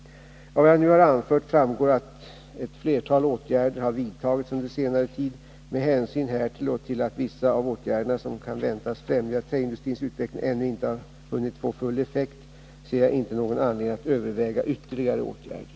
Av vad jag nu har anfört framgår att ett flertal åtgärder har vidtagits under senare tid. Med hänsyn härtill och till att vissa av åtgärderna som kan väntas främja träindustrins utveckling ännu inte har hunnit få full effekt, ser jag inte någon anledning att överväga ytterligare åtgärder.